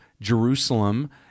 Jerusalem